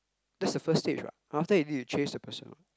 that's the first stage what after that you need to chase the person [what]